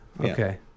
Okay